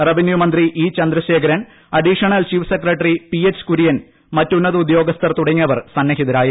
റവന്യൂമന്ത്രി E Chandrasekharan additional chief secretary P H Kurian മറ്റ് ഉന്നത ഉദ്യോഗസ്ഥർ തുടങ്ങിയവർ സന്നിഹിതരായിരുന്നു